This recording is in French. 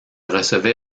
recevait